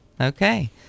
Okay